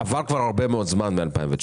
עבר כבר הרבה מאוד זמן מ-2019.